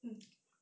mm